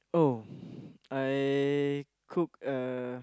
oh I cook uh